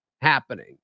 happening